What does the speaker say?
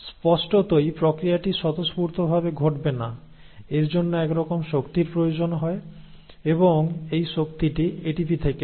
স্পষ্টতই এই প্রক্রিয়াটি স্বতঃস্ফূর্তভাবে ঘটবে না এর জন্য একরকম শক্তির প্রয়োজন হয় এবং এই শক্তিটি এটিপি থেকে আসে